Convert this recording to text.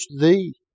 thee